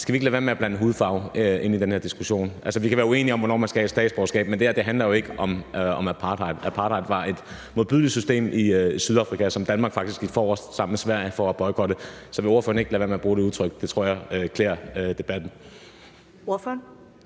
være med at blande hudfarve ind i den her diskussion? Altså, vi kan være uenige om, hvornår man skal have statsborgerskab, men det her handler jo ikke om apartheid. Apartheid var et modbydeligt system i Sydafrika, som Danmark faktisk gik forrest sammen med Sverige for at boykotte. Så vil ordføreren ikke lade være med at bruge det